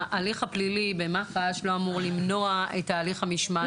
ההליך הפלילי במח"ש לא אמור למנוע את ההליך המשמעתי.